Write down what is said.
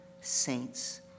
saints